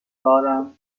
دارم